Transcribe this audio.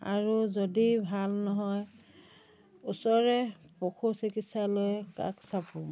আৰু যদি ভাল নহয় ওচৰৰে পশু চিকিৎসালয় কাষ চাপোঁ